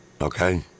okay